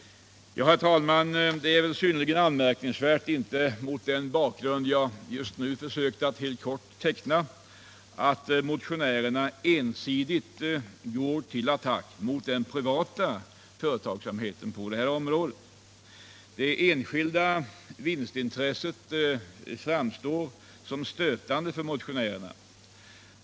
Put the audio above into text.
Herr talman! Det är synnerligen anmärkningsvärt — inte minst mot den bakgrund som jag nu har försökt att helt kort teckna — att motionärerna ensidigt går till attack mot den privata företagsamheten på detta område. Det enskilda vinstintresset framstår som stötande för motionärerna.